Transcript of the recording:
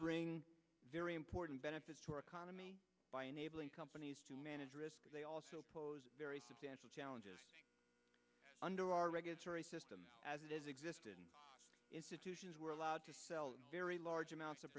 bring very important benefits to our economy by enabling companies to manage risk but they also pose a very substantial challenges under our regulatory system as it has existed in institutions were allowed to sell very large amounts of